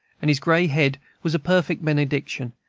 and his gray head was a perfect benediction,